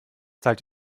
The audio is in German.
zahlt